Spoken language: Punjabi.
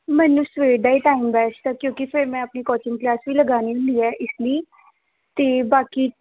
ਮੈਨੂੰ ਸਵੇਰ ਦਾ ਹੀ ਟਾਈਮ ਬੈਸਟ ਹੈ ਕਿਉਂਕਿ ਫਿਰ ਮੈਂ ਆਪਣੀ ਕੋਚਿੰਗ ਕਲਾਸ ਵੀ ਲਗਾਉਣੀ ਹੁੰਦੀ ਹੈ ਇਸ ਲਈ ਅਤੇ ਬਾਕੀ